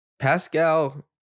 Pascal